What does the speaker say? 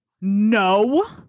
No